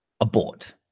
abort